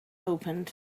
opened